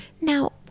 Now